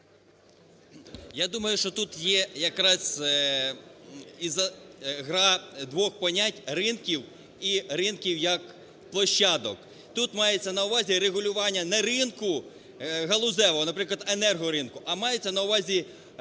Я думаю, що тут є якраз і гра двох понять: ринків і ринків як площадок. Тут мається на увазі регулювання не ринку галузевого, наприклад енергоринку, а мається на увазі ринку